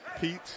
Pete